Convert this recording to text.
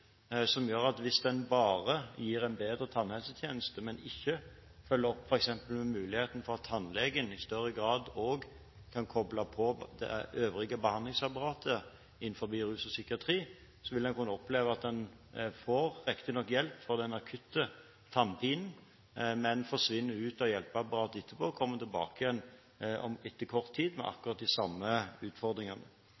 gjør at hvis en bare gir en bedre tannhelsetjeneste, men ikke følger opp f.eks. muligheten for at tannlegen i større grad også kan koble på det øvrige behandlingsapparatet innenfor rus og psykiatri, så vil en kunne oppleve at en riktignok får hjelp for den akutte tannpinen, men forsvinner ut av hjelpeapparatet etterpå, og kommer tilbake igjen etter kort tid med